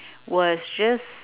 was just